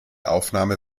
aufnahme